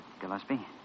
Gillespie